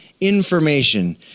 information